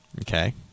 Okay